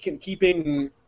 keeping